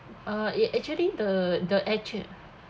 uh it actually the the actual